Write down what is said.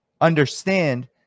understand